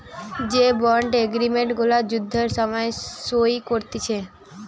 যে bond agreement গুলা যুদ্ধের সময় সই করতিছে